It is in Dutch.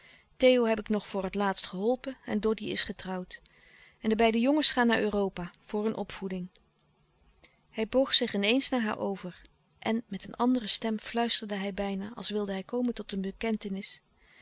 theo heb ik nog voor het laatst geholpen en doddy is getrouwd en de beide jongens gaan naar europa voor hun opvoeding hij boog zich in eens naar haar over en met een andere stem fluisterde hij bijna als wilde hij komen tot een bekentenis